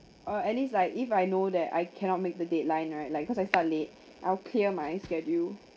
or at least like if I know that I cannot make the deadline right like cause I start late I'll clear my schedule